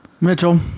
Mitchell